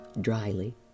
dryly